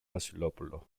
βασιλόπουλο